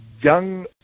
young